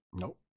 Nope